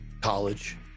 college